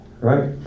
Right